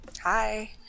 Hi